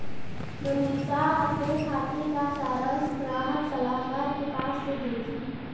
मनीषा अपने खाते का सारांश ग्राहक सलाहकार के पास से देखी